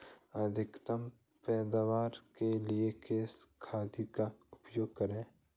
अधिकतम पैदावार के लिए किस खाद का उपयोग करें?